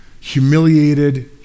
humiliated